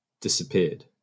disappeared